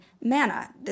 manna